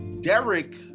Derek